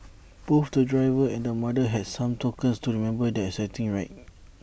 both the driver and the mother had some tokens to remember their exciting ride